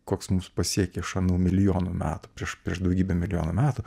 koks mus pasiekė iš anų milijonų metų prieš prieš daugybę milijonų metų